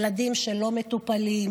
ילדים שלא מטופלים.